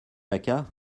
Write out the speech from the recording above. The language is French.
jacquat